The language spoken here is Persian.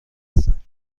هستند